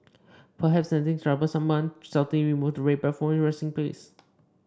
perhaps sensing trouble someone stealthily removes the red bag from its resting place